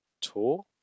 tour